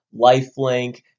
lifelink